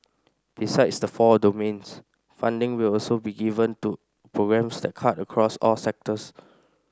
besides the four domains funding will also be given to programmes that cut across all sectors